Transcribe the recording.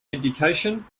education